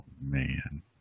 man